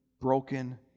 broken